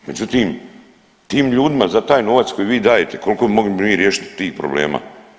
Međutim tim ljudima za taj novac koji vi dajete koliko bi mi mogli riješiti tih problema.